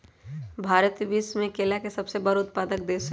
भारत विश्व में केला के सबसे बड़ उत्पादक देश हई